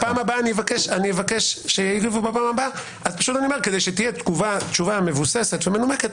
כדי שתהיה תשובה מבוססת ומנומקת,